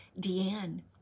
Deanne